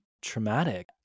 traumatic